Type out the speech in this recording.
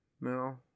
No